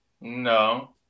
No